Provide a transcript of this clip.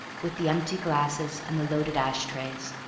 with the empty glasses and the loaded ash-trays.